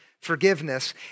forgiveness